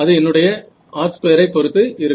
அது என்னுடைய r2 ஐ பொருத்து இருக்கும்